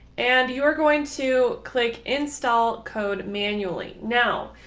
and you are going to click install code manually. now,